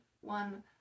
one